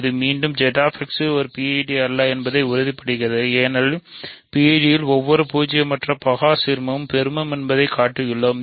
இது மீண்டும் Z X ஒரு PID அல்ல என்பதை உறுதிப்படுத்துகிறது ஏனெனில் ஒரு PID இல் ஒவ்வொரு பூஜ்ஜியமற்றபகா சீர்மமும் பெருமம் என்பதைக் காட்டியுள்ளோம்